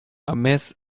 miss